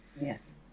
Yes